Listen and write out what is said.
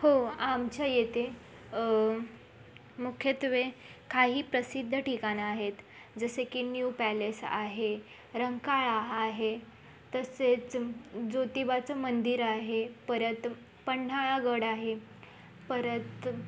हो आमच्या येथे मुख्यत्वे काहीप्रसिद्ध ठिकाणं आहेत जसे की न्यू पॅलेस आहे रंकाळा आहे तसेच ज्योतिबाचं मंदिर आहे परत पन्हाळगड आहे परत